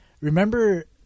remember